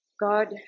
God